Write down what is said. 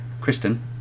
Kristen